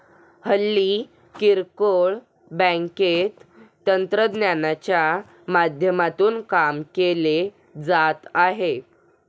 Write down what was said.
हल्ली किरकोळ बँकेत तंत्रज्ञानाच्या माध्यमातून काम केले जात आहे